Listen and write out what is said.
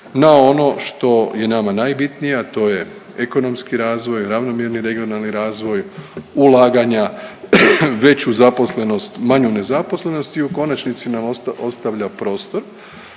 na ono što je nama najbitnije, a to je ekonomski razvoj, ravnomjerni regionalni razvoj, ulaganja, veću zaposlenost, manju nezaposlenost i u konačnici nam ostavlja prostor